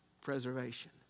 preservation